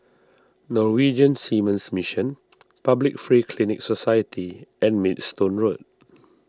Norwegian Seamen's Mission Public Free Clinic Society and Maidstone Road